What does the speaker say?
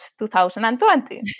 2020